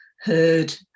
heard